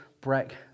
break